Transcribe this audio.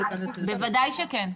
ודאי שכן.